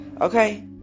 Okay